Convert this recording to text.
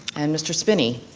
and mr. spinney.